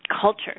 culture